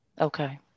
Okay